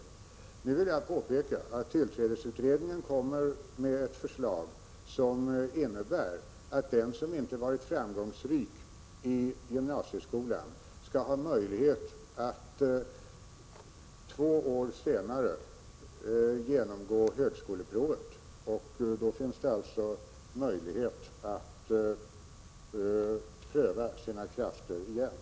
Jag vill påpeka att tillträdesutredningen kommer med ett förslag som innebär att den som inte varit framgångsrik i gymnasieskolan skall ha möjlighet att två år senare genomgå högskoleprovet. Då finns det alltså möjlighet att pröva sina krafter igen.